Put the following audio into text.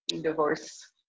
divorce